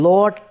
Lord